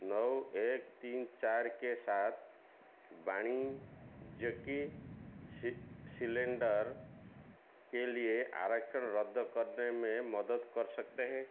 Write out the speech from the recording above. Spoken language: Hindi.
नौ एक तीन चार के साथ वाणिज्यिकी सि सिलेंडर के लिए आरक्षण रद्द करने में मदद कर सकते हैं